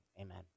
amen